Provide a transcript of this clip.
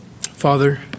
Father